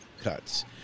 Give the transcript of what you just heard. cuts